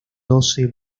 doce